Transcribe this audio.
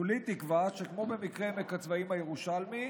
כולי תקווה שכמו במקרה של עמק הצבאים הירושלמי,